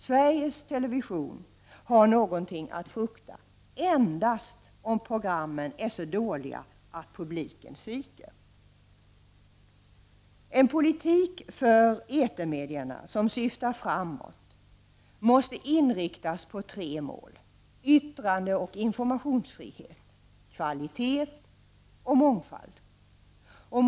Sveriges Television har något att frukta endast om programmen är så dåliga att publiken sviker. En politik för etermedierna som syftar framåt måste inriktas på tre mål: yttrandeoch informationsfrihet, kvalitet och mångfald.